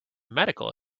medical